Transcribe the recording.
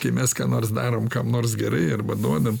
kai mes ką nors darom kam nors gerai arba duoda